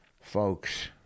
Folks